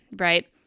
right